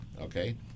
Okay